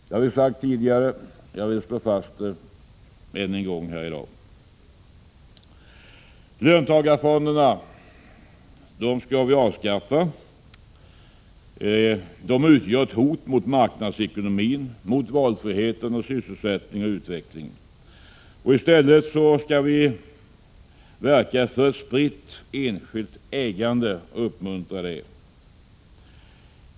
Vi har sagt det tidigare, och jag vill slå fast det än en gång här i dag. Löntagarfonderna skall avskaffas. De utgör ett hot mot marknadsekonomi, valfrihet, sysselsättning och utveckling. I stället skall vi verka för ett spritt enskilt ägande.